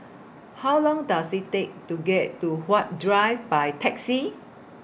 How Long Does IT Take to get to Huat Drive By Taxi